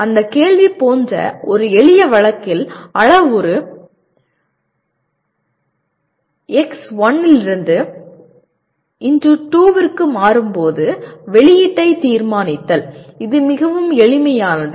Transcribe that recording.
அந்த கேள்வி போன்ற ஒரு எளிய வழக்கில் அளவுரு x1 இலிருந்து x2 க்கு மாறும்போது வெளியீட்டை தீர்மானித்தல் இது மிகவும் எளிமையானது